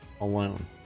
alone